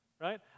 right